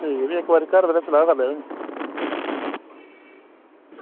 ते इक्क बारी घर दा भी सलाह् करी लैयो नी